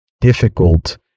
difficult